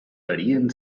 varien